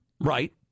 Right